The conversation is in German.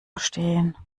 stehen